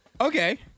Okay